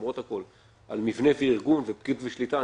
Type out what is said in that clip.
למרות הכול על מבנה וארגון ופיקוד ושליטה.